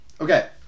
Okay